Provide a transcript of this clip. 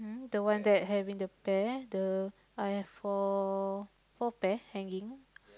mm the one that having the pear the I have four four pear hanging